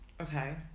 okay